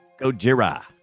Gojira